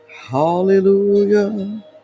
Hallelujah